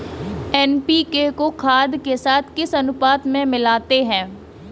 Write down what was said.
NPK को खाद के साथ किस अनुपात में मिलाते हैं?